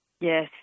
Yes